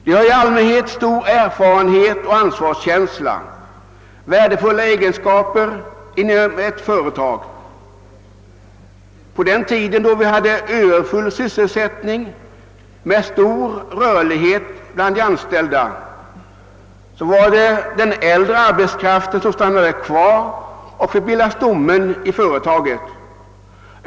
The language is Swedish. De har i allmänhet stor erfarenhet och ansvarskänsla — värdefulla egenskaper inom ett företag. På den tiden då vi hade överfull sysselsättning med stor rörlighet bland de anställda var det de äldre arbetstagarna som stannade kvar och bildade stommen i företagen.